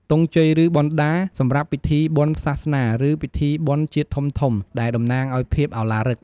ទង់ជ័យ ឬបដា សម្រាប់ពិធីបុណ្យសាសនា ឬពិធីបុណ្យជាតិធំៗ ដែលតំណាងឲ្យភាពឱឡារិក។